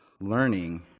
learning